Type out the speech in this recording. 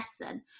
lesson